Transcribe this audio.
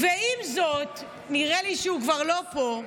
ועם זאת, נראה לי שהוא כבר לא פה,